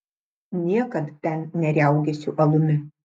niekad ten neriaugėsiu alumi